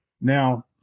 Now